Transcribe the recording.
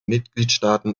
mitgliedstaaten